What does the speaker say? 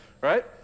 right